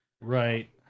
Right